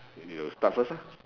maybe you start first lah